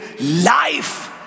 life